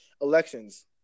Elections